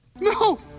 No